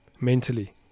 mentally